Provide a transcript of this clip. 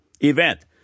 Event